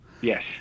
yes